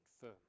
firm